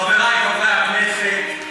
חברי חברי הכנסת,